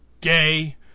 gay